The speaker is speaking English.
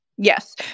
Yes